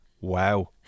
Wow